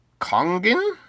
Kongen